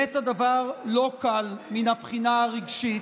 הדבר באמת לא קל מן הבחינה הרגשית,